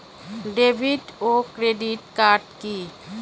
David ও credit card কি?